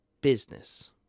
business